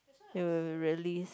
!wow! really